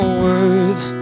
worth